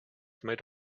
made